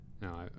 No